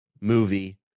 movie